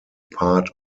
part